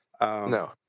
No